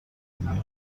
دیگه